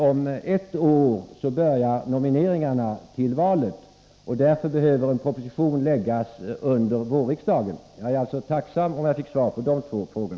Om ett år börjar ju nomineringarna till valet, och därför behöver en proposition framläggas under vårriksdagen. Jag vore tacksam om jag fick svar på dessa två frågor.